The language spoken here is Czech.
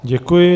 Děkuji.